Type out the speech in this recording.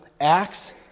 Acts